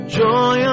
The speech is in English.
joy